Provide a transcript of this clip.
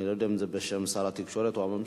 אני לא יודע אם זה בשם שר התקשורת או הממשלה,